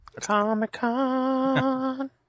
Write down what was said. Comic-Con